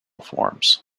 forms